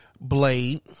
Blade